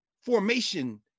formation